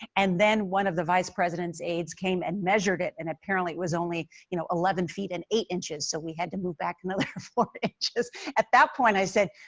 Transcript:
and then one of the vice president's aids came and measured it and apparently it was only you know eleven feet and eight inches, so we had to move back another four at that point, i said,